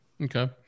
Okay